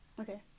Okay